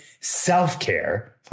self-care